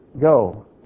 Go